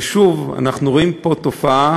ושוב אנחנו רואים פה את התופעה